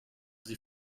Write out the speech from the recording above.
sie